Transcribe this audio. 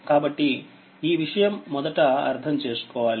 కాబట్టిఈ విషయం మొదట అర్థం చేసుకోవాలి